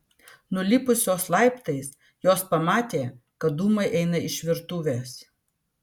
nulipusios laiptais jos pamatė kad dūmai eina iš virtuvės